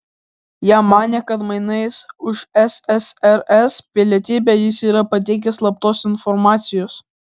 jie manė kad mainais už ssrs pilietybę jis yra pateikęs slaptos informacijos